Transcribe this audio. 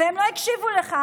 והם לא הקשיבו לך.